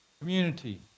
community